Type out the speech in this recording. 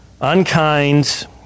unkind